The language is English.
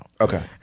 Okay